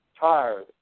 Tired